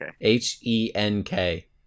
H-E-N-K